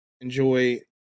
enjoy